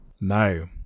no